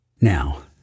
Now